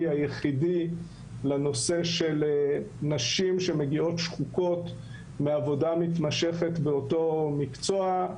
היחידי לנושא של נשים שמגיעות שחוקות מעבודה מתמשכת באותו מקצוע.